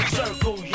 circle